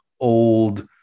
old